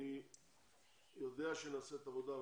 אני יודע שנעשית עבודה,